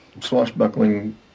swashbuckling